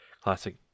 classic